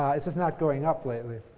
it's just not going up lately.